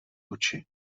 oči